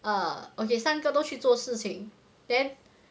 err okay 三个都去做事情 then because you see